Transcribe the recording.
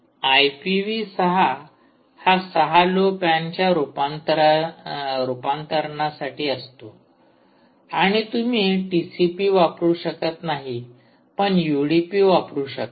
IPV ६ हा ६लो पॅनच्या रुपांतरणासाठी असतो आणि तुम्ही टीसीपी वापरू शकत नाही पण यूडीपी वापरू शकता